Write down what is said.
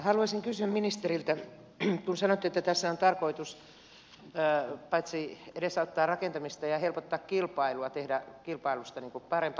haluaisin kysyä ministeriltä kun sanoitte että tässä on tarkoitus paitsi edesauttaa rakentamista myös helpottaa kilpailua tehdä kilpailusta parempaa